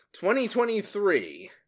2023